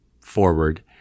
forward